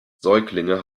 säuglinge